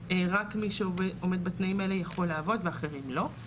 רק מי שעומד בתנאים האלה יכול לעבוד ואחרים לא.